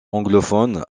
anglophone